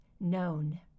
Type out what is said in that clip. known